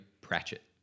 Pratchett